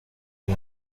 uyu